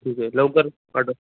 ठीक आहे लवकर पाट